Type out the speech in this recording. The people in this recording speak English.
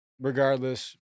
regardless –